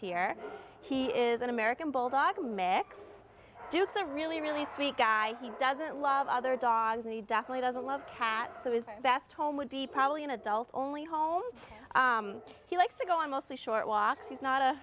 here he is an american bulldog mix duke's a really really sweet guy he doesn't love other dogs and he definitely doesn't love cats so his best home would be probably an adult only home he likes to go on mostly short walk so he's not a